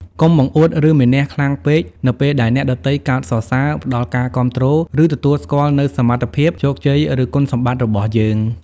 កុំបង្អួត ឬមានៈខ្លាំងពេក នៅពេលដែលអ្នកដទៃកោតសរសើរ ផ្តល់ការគាំទ្រ ឬទទួលស្គាល់នូវសមត្ថភាព ជោគជ័យ ឬគុណសម្បត្តិរបស់យើង។